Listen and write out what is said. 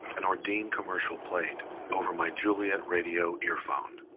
an ordained commercial played over my juliette radio earphone.